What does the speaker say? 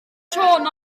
sôn